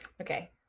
Okay